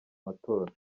matora